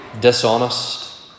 dishonest